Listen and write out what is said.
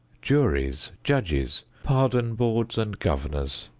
juries, judges, pardon boards and governors,